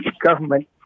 government